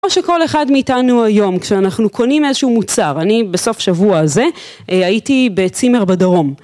כמו שכל אחד מאיתנו היום, כשאנחנו קונים איזשהו מוצר... אני, בסוף השבוע הזה, הייתי בצימר בדרום...